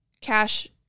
cash